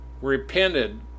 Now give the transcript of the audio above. repented